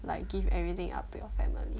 like give everything up to your family